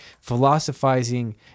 Philosophizing